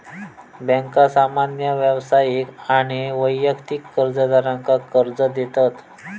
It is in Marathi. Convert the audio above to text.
बँका सामान्य व्यावसायिक आणि वैयक्तिक कर्जदारांका कर्ज देतत